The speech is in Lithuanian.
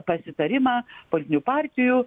pasitarimą politinių partijų